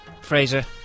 Fraser